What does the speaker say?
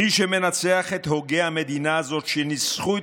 מי שמנצח את הוגי המדינה הזאת שניסחו את